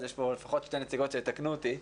יש כאן לפחות שתי נציגות שיתקנו אותי.